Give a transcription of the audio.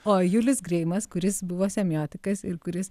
o julius greimas kuris buvo semiotikas ir kuris